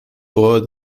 vor